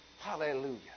Hallelujah